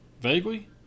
Vaguely